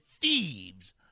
thieves